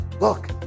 look